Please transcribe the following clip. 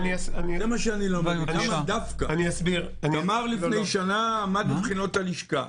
גמר לפני שנה, עמד בבחינות הלשכה.